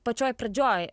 pačioj pradžioj